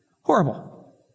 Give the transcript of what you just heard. Horrible